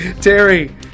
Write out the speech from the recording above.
Terry